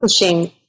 pushing